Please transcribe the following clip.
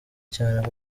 cyane